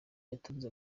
yatunze